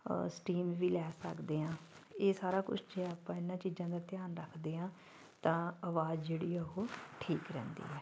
steam ਵੀ ਲੈ ਸਕਦੇ ਹਾਂ ਇਹ ਸਾਰਾ ਕੁਝ ਜੇ ਆਪਾਂ ਇਹਨਾਂ ਚੀਜ਼ਾਂ ਦਾ ਧਿਆਨ ਰੱਖਦੇ ਹਾਂ ਤਾਂ ਆਵਾਜ਼ ਜਿਹੜੀ ਆ ਉਹ ਠੀਕ ਰਹਿੰਦੀ ਹੈ